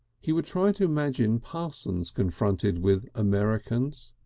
he would try to imagine parsons confronted with americans.